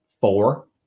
Four